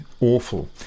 awful